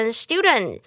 student，